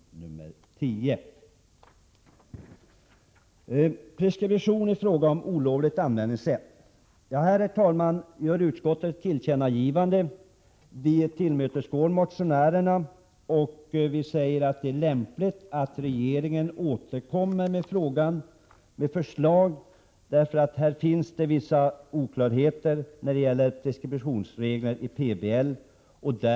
När det gäller preskription i fråga om olovligt användningssätt föreslår utskottet att riksdagen skall göra ett tillkännagivande. Utskottet tillmötesgår motionärerna och uttalar att det är lämpligt att regeringen återkommer i frågan, eftersom det nu finns vissa oklarheter i preskriptionsreglerna i PBL.